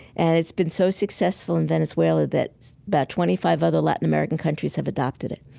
and it's been so successful in venezuela that about twenty five other latin american countries have adopted it.